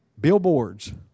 Billboards